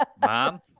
Mom